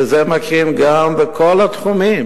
וזה מקרין גם בכל התחומים.